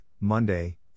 Monday